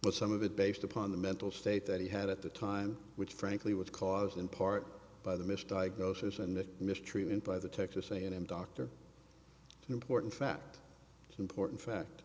but some of it based upon the mental state that he had at the time which frankly was caused in part by the misdiagnosis and the mistreatment by the texas a and m doctor an important fact it's important fact